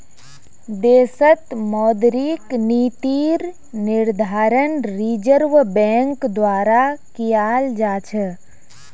देशत मौद्रिक नीतिर निर्धारण रिज़र्व बैंक द्वारा कियाल जा छ